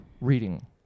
reading